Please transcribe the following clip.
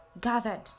gathered